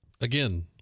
Again